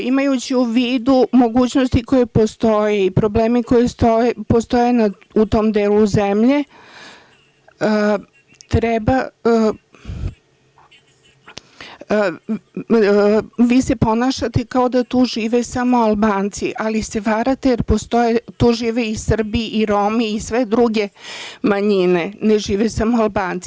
Imajući u vidu mogućnosti koje postoje i problemi koji postoje u tom delu zemlje, vi se ponašate kao da tu žive samo Albanci, ali se varate jer tu žive Srbi, Romi i sve druge manjine, ne žive samo Albanci.